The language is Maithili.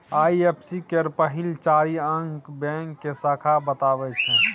आइ.एफ.एस.सी केर पहिल चारि अंक बैंक के शाखा बताबै छै